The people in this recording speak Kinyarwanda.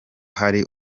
hari